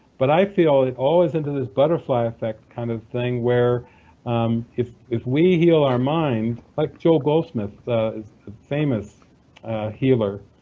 but i feel it all leads into this butterfly effect kind of thing, where if if we heal our mind like joel goldsmith, a famous healer,